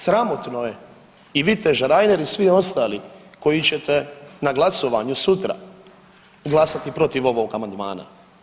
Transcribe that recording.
Sramotno je i viteže Reiner i svi ostali koji ćete na glasovanju sutra glasati protiv ovog amandmana.